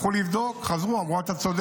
הלכו לבדוק, חזרו, ואמרו לי: אתה צודק,